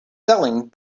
selling